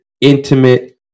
intimate